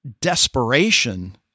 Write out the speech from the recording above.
desperation